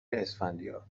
اسفندیار